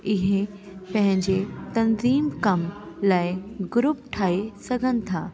इहे पंहिंजे तंज़ीम कम लाइ ग्रुप ठाहे सघनि था